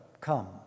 come